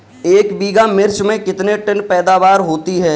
एक बीघा मिर्च में कितने टन पैदावार होती है?